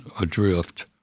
adrift